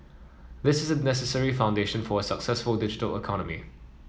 this is the necessary foundation for a successful digital economy